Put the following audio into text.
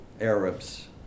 Arabs